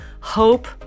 Hope